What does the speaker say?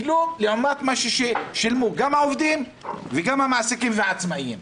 לעומת מה ששילמו גם העובדים וגם המעסיקים והעצמאים.